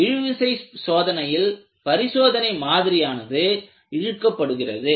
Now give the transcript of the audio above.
இழுவிசை சோதனையில் பரிசோதனை மாதிரியானது இழுக்கப்படுகிறது